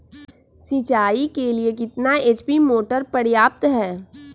सिंचाई के लिए कितना एच.पी मोटर पर्याप्त है?